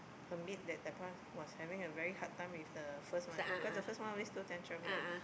her maid that point of time was having a very hard time with the first one cause the first one always throw tantrum right